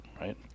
right